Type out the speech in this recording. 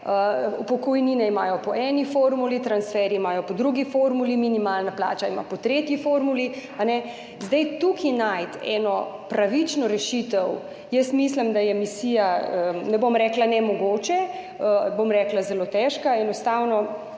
Pokojnine imajo po eni formuli, transferji imajo po drugi formuli, minimalna plača ima po tretji formuli. Tukaj najti eno pravično rešitev mislim, da je misija, ne bom rekla nemogoče, bom rekla zelo težka. Enostavno,